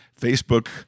Facebook